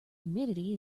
humidity